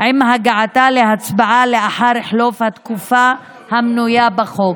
עם הגעתה להצבעה לאחר חלוף התקופה המנויה בחוק.